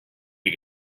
you